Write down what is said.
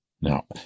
Now